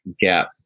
gap